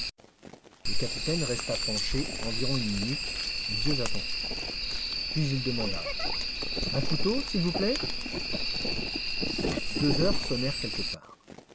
le capitaine resta penché environ une minute les yeux attentifs puis il demanda un couteau s'il vous plaît deux heures sonnèrent quelque part